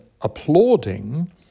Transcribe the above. applauding